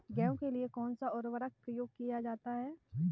गेहूँ के लिए कौनसा उर्वरक प्रयोग किया जाता है?